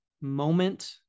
moment